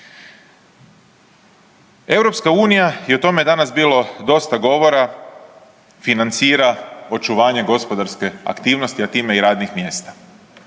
potpora. EU i o tome je danas bilo dosta govora financira očuvanje gospodarske aktivnosti, a time i radnih mjesta.